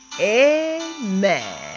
Amen